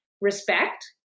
respect